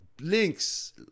links